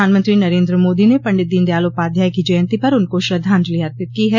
प्रधानमंत्री नरेन्द्र मोदी ने पंडित दीनदयाल उपाध्याय की जयंती पर उनको श्रद्धांजलि अर्पित की है